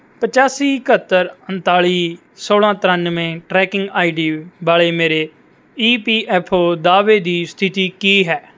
ਪਚਾਸੀ ਇਕਹੱਤਰ ਉਨਤਾਲ਼ੀ ਸੌਲ੍ਹਾਂ ਤਰਾਨਵੇਂ ਟਰੈਕਿੰਗ ਆਈ ਡੀ ਵਾਲੇ ਮੇਰੇ ਈ ਪੀ ਐੱਫ ਓ ਦਾਅਵੇ ਦੀ ਸਥਿਤੀ ਕੀ ਹੈ